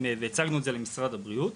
והצגנו את זה למשרד הבריאות,